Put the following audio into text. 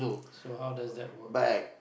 so how does that work